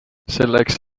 selleks